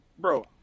Bro